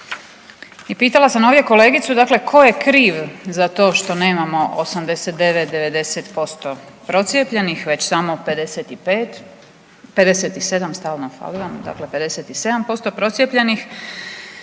I pitala sam ovdje kolegicu dakle ko je kriv za to što nemamo 89-90% procijepljenih već samo 55, 57, stalno